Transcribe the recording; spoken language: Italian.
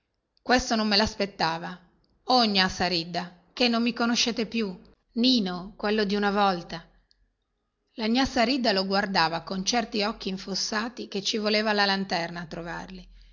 questa non me laspettava o gnà saridda che non mi conoscete più nino quello di una volta la gnà saridda lo guardava con certi occhi infossati che ci voleva la lanterna a trovarli